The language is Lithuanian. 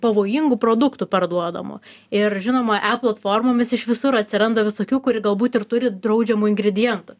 pavojingų produktų parduodamo ir žinoma apple formomis iš visur atsiranda visokių kuri galbūt ir turi draudžiamo ingrediento